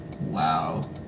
Wow